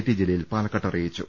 T Jaleel പാലക്കാട്ട് അറിയിച്ചു